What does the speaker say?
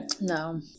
No